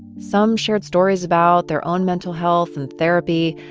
some shared stories about their own mental health and therapy.